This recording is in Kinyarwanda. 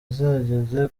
zageze